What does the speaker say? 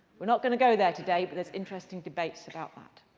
we're not going to go there today, but there's interesting debates about that.